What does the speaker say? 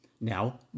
now